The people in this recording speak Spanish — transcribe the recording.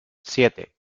siete